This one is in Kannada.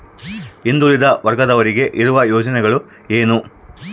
ಹಿಂದುಳಿದ ವರ್ಗದವರಿಗೆ ಇರುವ ಯೋಜನೆಗಳು ಏನು?